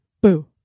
boo